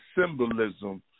symbolism